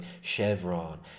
Chevron